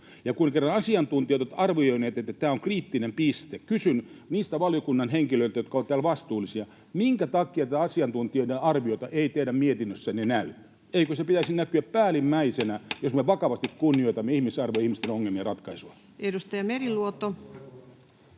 Kun kerran asiantuntijat ovat arvioineet, että tämä on kriittinen piste, niin kysyn niiltä valiokunnan henkilöiltä, jotka ovat täällä vastuullisia: minkä takia tätä asiantuntijoiden arviota ei teidän mietinnössänne näy? Eikö sen pitäisi näkyä päällimmäisenä, jos me vakavasti kunnioitamme ihmisarvoa, ihmisten ongelmien ratkaisua? Edustaja Meriluoto.